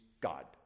God